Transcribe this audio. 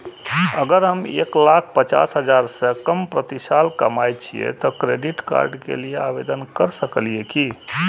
अगर हम एक लाख पचास हजार से कम प्रति साल कमाय छियै त क्रेडिट कार्ड के लिये आवेदन कर सकलियै की?